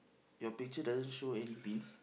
your picture doesn't show any pins